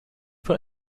put